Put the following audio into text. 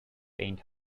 faint